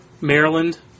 Maryland